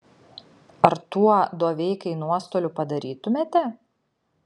ar tuo doveikai nuostolių padarytumėte